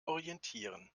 orientieren